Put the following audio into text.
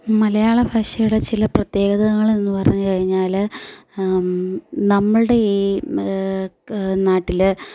മലയാള ഭാഷയുടെ ചില പ്രത്യേകതകളെന്നു പറഞ്ഞ് കഴിഞ്ഞാല് നമ്മളുടെ ഈ നാട്ടില്